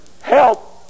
Help